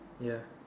ya